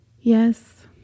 Yes